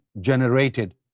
generated